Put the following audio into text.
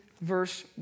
verse